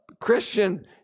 Christian